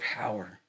power